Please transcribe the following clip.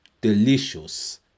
Delicious